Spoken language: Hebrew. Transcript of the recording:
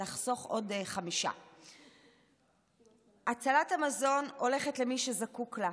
לחסוך עוד 5. הצלת המזון הולכת למי שזקוק לה,